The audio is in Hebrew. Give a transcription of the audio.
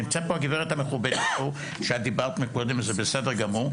נמצאת פה הגברת המכובדת שאת דיברת מקודם וזה בסדר גמור.